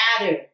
matter